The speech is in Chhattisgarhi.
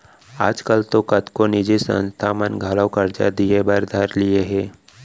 आज काल तो कतको निजी संस्था मन घलौ करजा दिये बर धर लिये हें